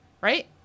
right